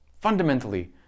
Fundamentally